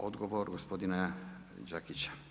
Odgovor gospodina Đakića.